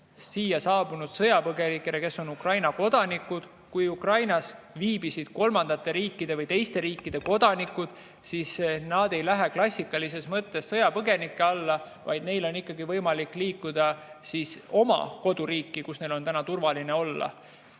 siia saabunud sõjapõgenikele, kes on Ukraina kodanikud. Kui Ukrainas viibisid kolmandate riikide või teiste riikide kodanikud, siis nemad ei lähe klassikalises mõttes sõjapõgenikena arvesse, vaid neil on ikkagi võimalik liikuda oma koduriiki, kus neil on täna turvaline olla.